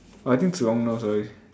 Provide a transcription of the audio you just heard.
oh I think Zhi-Hong knows sorry